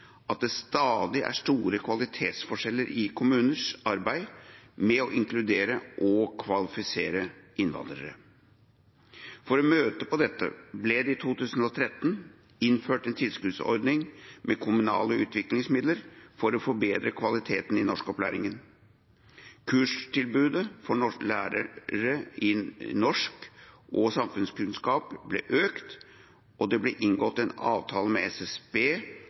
at det stadig er store kvalitetsforskjeller i kommuners arbeid med å inkludere og kvalifisere innvandrere. For å bøte på dette ble det i 2013 innført en tilskuddsordning med kommunale utviklingsmidler for å forbedre kvaliteten i norskopplæringa. Kurstilbudet for lærere i norsk og samfunnskunnskap ble økt, og det ble inngått en avtale med SSB